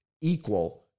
equal